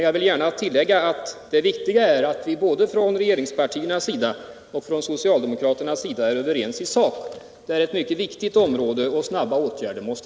Jag vill gärna tillägga att det viktiga är att vi är överens i sak, både från regeringspartiernas sida och från socialdemokraternas sida. Detta är ett mycket viktigt område, och snabba åtgärder krävs.